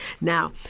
Now